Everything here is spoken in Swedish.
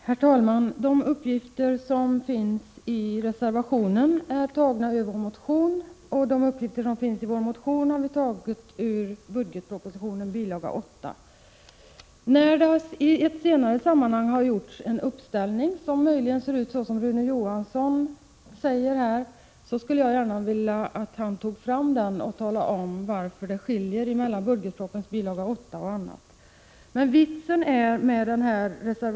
Herr talman! De uppgifter som finns i reservationen är tagna ur vår — 29 april 1987 motion, och uppgifterna där har vi tagit ur budgetpropositionens bil. 8. I ett senare sammanhang har det gjorts en uppställning som möjligen ser ut som Rune Johansson säger. Då skulle jag gärna vilja att han tog fram den och talade om varför siffrorna skiljer sig jämfört med budgetpropositionens bil. 8.